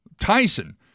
Tyson